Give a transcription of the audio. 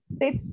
sit